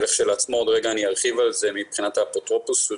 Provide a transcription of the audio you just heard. עוד רגע אני ארחיב על כך מבחינת האפוטרופסות,